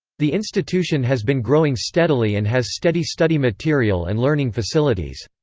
the institution has been growing steadily and has steady study material and learning facilities.